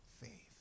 faith